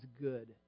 good